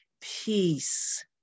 peace